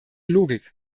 logik